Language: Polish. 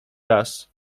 raz